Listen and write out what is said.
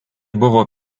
buvo